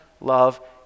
love